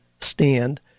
stand